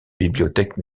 bibliothèque